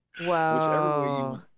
Wow